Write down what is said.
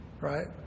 Right